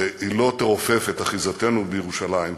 והיא לא תרופף את אחיזתנו בירושלים.